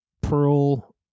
Pearl